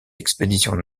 expéditions